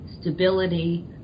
stability